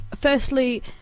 firstly